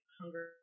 hunger